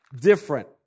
different